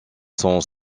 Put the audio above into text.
sont